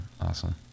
Awesome